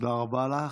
תודה רבה לך.